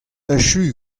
echu